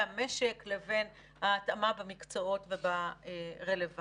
המשק לבין ההתאמה במקצועות וברלוונטיות.